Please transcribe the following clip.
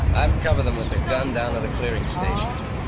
i've covered them with a gun down to the clearing stations.